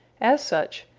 as such,